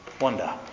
Wonder